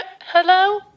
Hello